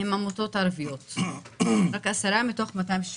הן ערביות מתוכן.